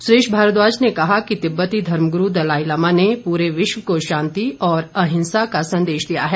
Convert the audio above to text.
सुरेश भारद्वाज ने कहा कि तिब्बती धर्म गुरू दलाईलामा ने पूरे विश्व को शांति और अहिंसा का संदेश दिया है